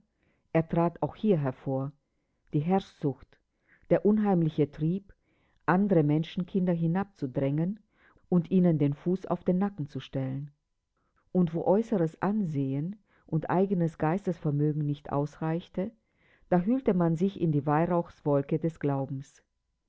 er trat auch hier hervor die herrschsucht der unheimliche trieb andere menschenkinder hinabzudrängen und ihnen den fuß auf den nacken zu stellen und wo äußeres ansehen und eigenes geistesvermögen nicht ausreichte da hüllte man sich in die weihrauchswolke des glaubens